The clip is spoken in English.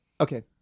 Okay